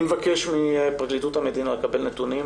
אני מבקש מפרקליטות המדינה לקבל נתונים